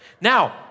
Now